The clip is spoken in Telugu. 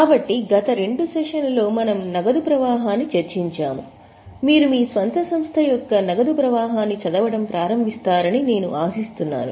కాబట్టి గత రెండు సెషన్లలో మనము నగదు ప్రవాహాన్ని చర్చించాము మీరు మీ స్వంత సంస్థ యొక్క నగదు ప్రవాహాన్ని చదవడం ప్రారంభిస్తారని నేను ఆశిస్తున్నాను